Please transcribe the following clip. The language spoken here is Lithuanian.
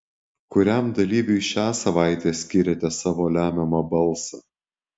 kuriam dalyviui šią savaitę skiriate savo lemiamą balsą